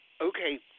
Okay